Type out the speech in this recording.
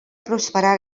prosperar